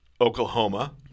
Oklahoma